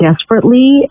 desperately